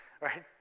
right